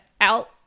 out